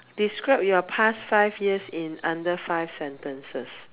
describe your past five years in under five sentences